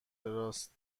راست